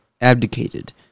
abdicated